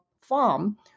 farm